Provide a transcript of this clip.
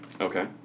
Okay